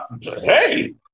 hey